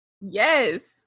Yes